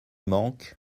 manque